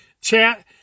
chat